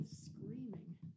screaming